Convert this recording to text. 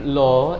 law